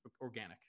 organic